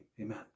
Amen